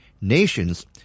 Nations